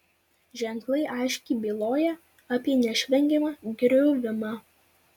ženklai aiškiai byloja apie neišvengiamą griuvimą